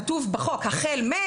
כתוב בחוק החל מ,